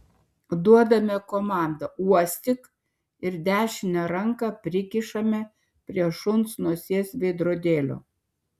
duodame komandą uostyk ir dešinę ranką prikišame prie šuns nosies veidrodėlio